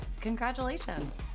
Congratulations